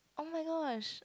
oh my gosh